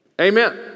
amen